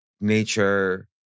nature